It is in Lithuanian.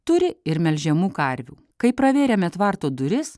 turi ir melžiamų karvių kai pravėrėme tvarto duris